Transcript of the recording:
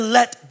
let